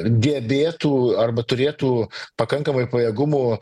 gebėtų arba turėtų pakankamai pajėgumų